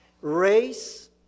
race